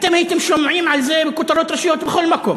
אתם הייתם שומעים על זה בכותרות ראשיות בכל מקום.